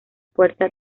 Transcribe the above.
puerta